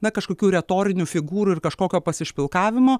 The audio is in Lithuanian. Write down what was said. na kažkokių retorinių figūrų ir kažkokio pasišpilkavimo